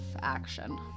action